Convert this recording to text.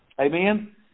Amen